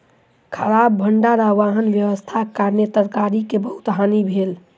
खराब भण्डार आ वाहन व्यवस्थाक कारणेँ तरकारी के बहुत हानि भेल